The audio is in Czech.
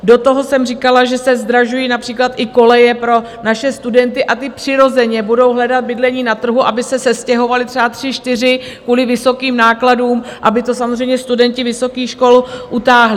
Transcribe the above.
Do toho jsem říkala, že se zdražují například i koleje pro naše studenty, a ti přirozeně budou hledat bydlení na trhu, aby se sestěhovali třeba tři, čtyři kvůli vysokým nákladům, aby to samozřejmě studenti vysokých škol utáhli.